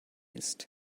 ist